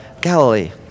Galilee